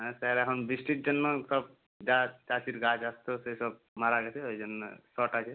হ্যাঁ স্যার এখন বৃষ্টির জন্য সব যা চাষির গাছ আসতো সেসব মারা গেছে ওই জন্য শর্ট আছে